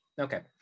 Okay